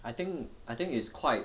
I think I think it's quite